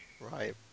Right